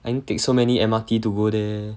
I need take so many M_R_T to go there